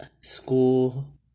school